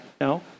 no